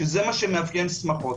שזה מה שמאפיין שמחות.